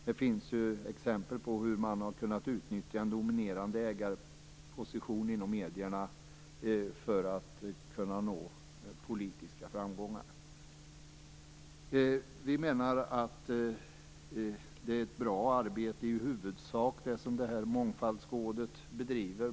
Det finns ju exempel på hur man kunnat utnyttja en dominerande ägarposition inom medierna för att nå politiska framgångar. Vi menar att Mångfaldsrådet i huvudsak bedriver ett bra arbete.